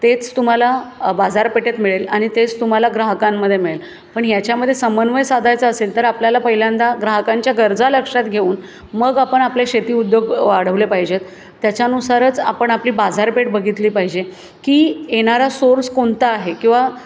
तेच तुम्हाला बाजारपेठेत मिळेल आणि तेच तुम्हाला ग्राहकांमध्ये मिळेल पण याच्यामध्ये समन्वय साधायचा असेल तर आपल्याला पहिल्यांदा ग्राहकांच्या गरजा लक्षात घेऊन मग आपण आपले शेती उद्योग वाढवले पाहिजेत त्याच्यानुसारच आपण आपली बाजारपेठ बघितली पाहिजे की येणारा सोर्स कोणता आहे किंवा